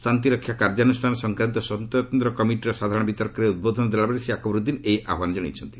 ଶାନ୍ତିରକ୍ଷା କାର୍ଯ୍ୟାନୁଷ୍ଠାନ ସଂକ୍ରାନ୍ତ ସ୍ୱତନ୍ତ କମିଟିର ସାଧାରଣ ବିତର୍କରେ ଉଦ୍ବୋଧନ ଦେଲାବେଳେ ଶ୍ରୀ ଆକବରୁଦ୍ଦିନ୍ ଏହି ଆହ୍ୱାନ ଜଣାଇଛନ୍ତି